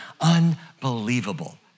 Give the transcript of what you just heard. Unbelievable